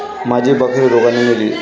माझी बकरी रोगाने मेली